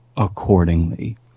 accordingly